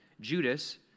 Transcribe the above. Judas